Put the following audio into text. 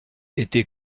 été